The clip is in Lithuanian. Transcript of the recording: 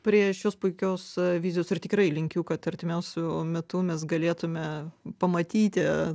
prie šios puikios vizijos ir tikrai linkiu kad artimiausiu metu mes galėtume pamatyti